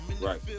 right